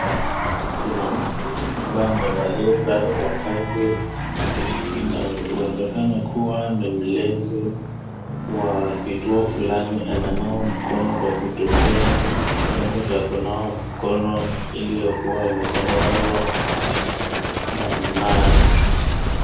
Kuna mtu ambaye amevalia sare za kazi. Inawezekana kua ni mlinzi wa kituo fulani ananawa mkono kwa kutumia chombo cha kunawa mkono iliyo kua imetengenezwa na mnara.